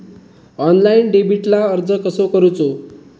Online डेबिटला अर्ज कसो करूचो?